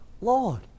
Lord